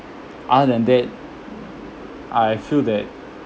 other than that I feel that